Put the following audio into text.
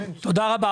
תודה רבה.